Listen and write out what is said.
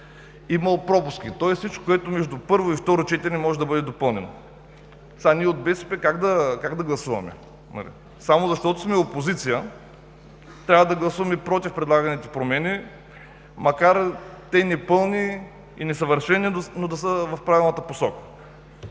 имало пропуски, тоест всичко, което между първо и второ четене може да бъде допълнено. От БСП как да гласуваме? Само защото сме опозиция трябва да гласуваме против предлаганите промени, макар те да са непълни и несъвършени, но да са в правилната посока?